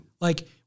Like-